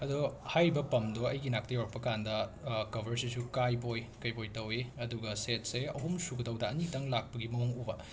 ꯑꯗꯣ ꯍꯥꯏꯔꯤꯕ ꯄꯝꯗꯣ ꯑꯩꯒꯤ ꯏꯅꯥꯛꯇ ꯌꯧꯔꯛꯄ ꯀꯥꯟꯗ ꯀꯕꯔꯁꯤꯁꯨ ꯀꯥꯏꯕꯣꯏ ꯀꯩꯕꯣꯏ ꯇꯧꯏ ꯑꯗꯨꯒ ꯁꯦꯠꯁꯦ ꯑꯍꯨꯝ ꯁꯨꯒꯗꯕꯗ ꯑꯅꯤꯇꯪ ꯂꯥꯛꯄꯒꯤ ꯃꯑꯣꯡ ꯎꯕ